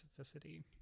specificity